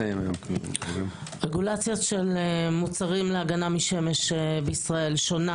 רגולציה להגנה משמש במוצרים בישראל שונה